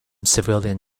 civilian